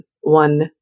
one